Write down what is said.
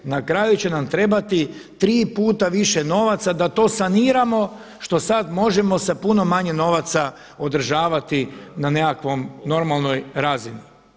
Na kraju će nam trebati 3 puta više novaca da to saniramo što sada možemo sa puno manje novaca održavati na nekakvoj normalnoj razini.